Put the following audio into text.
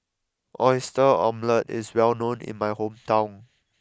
Oyster Omelette is well known in my hometown